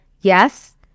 yes